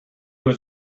was